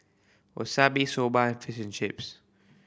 Wasabi Soba Fish and Chips